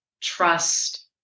trust